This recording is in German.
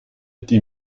die